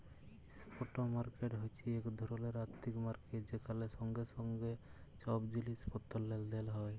spot market হছে ইক ধরলের আথ্থিক মার্কেট যেখালে সঙ্গে সঙ্গে ছব জিলিস পত্তর লেলদেল হ্যয়